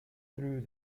through